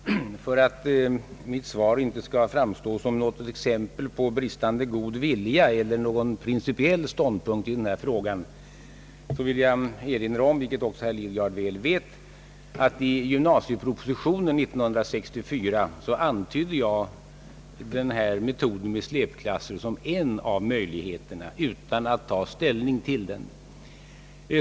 Herr talman! För att mitt svar inte skall framstå som något exempel på bristande god vilja eller som någon principiell ståndpunkt i denna fråga vill jag erinra om — vilket också herr Lidgard väl vet — att jag i gymnasiepropositionen 1964 antydde metoden med släpklasser som en av möjligheterna — utan att ta ställning till den.